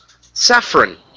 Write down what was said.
saffron